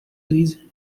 laser